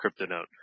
CryptoNote